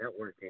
networking